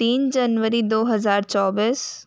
तीन जनवरी दो हजार चौबीस